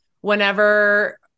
whenever